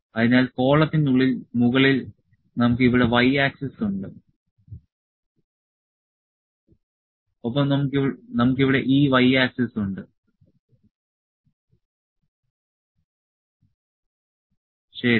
അതിനാൽ കോളത്തിനുള്ളിൽ മുകളിൽ നമുക്ക് ഇവിടെ y ആക്സിസിനുണ്ട് ഒപ്പം നമുക്ക് ഇവിടെ x ആക്സിസിനുമുണ്ട് ശരി